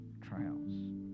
trials